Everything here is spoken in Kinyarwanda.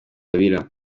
abira